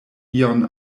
ion